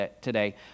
today